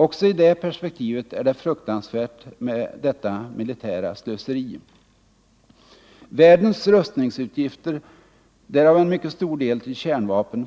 Också i det perspektivet är det fruktansvärt med detta militära slöseri. Världens rustningsutgifter, därav en mycket stor del till kärnvapen,